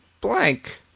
blank